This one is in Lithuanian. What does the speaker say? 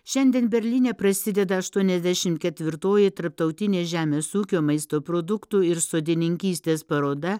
šiandien berlyne prasideda aštuoniasdešim ketvirtoji tarptautinė žemės ūkio maisto produktų ir sodininkystės paroda